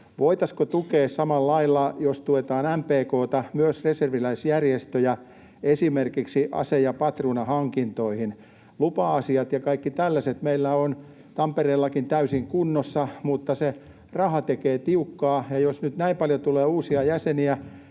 voitaisiinko tukea samalla lailla, jos tuetaan MPK:ta, myös reserviläisjärjestöjä esimerkiksi ase- ja patruunahankinnoissa? Lupa-asiat ja kaikki tällaiset meillä on Tampereellakin täysin kunnossa, mutta se raha tekee tiukkaa. Jos nyt näin paljon tulee uusia jäseniä,